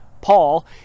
Paul